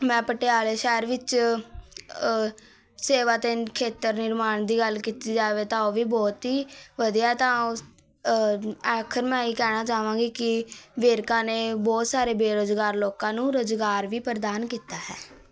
ਮੈਂ ਪਟਿਆਲੇ ਸ਼ਹਿਰ ਵਿੱਚ ਸੇਵਾ ਦੇ ਖੇਤਰ ਨਿਰਮਾਣ ਦੀ ਗੱਲ ਕੀਤੀ ਜਾਵੇ ਤਾਂ ਉਹ ਵੀ ਬਹੁਤ ਹੀ ਵਧੀਆ ਤਾਂ ਆਖਰ ਮੈਂ ਇਹੀ ਕਹਿਣਾ ਚਾਹਾਂਗੀ ਕਿ ਵੇਰਕਾ ਨੇ ਬਹੁਤ ਸਾਰੇ ਬੇਰੁਜ਼ਗਾਰ ਲੋਕਾਂ ਨੂੰ ਰੁਜ਼ਗਾਰ ਵੀ ਪ੍ਰਦਾਨ ਕੀਤਾ ਹੈ